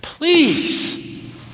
Please